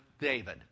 David